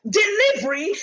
delivery